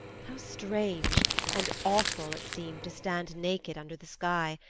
how strange and awful it seemed to stand naked under the sky!